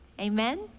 Amen